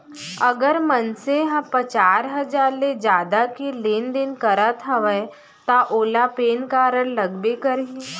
अगर मनसे ह पचार हजार ले जादा के लेन देन करत हवय तव ओला पेन कारड लगबे करही